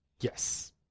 Yes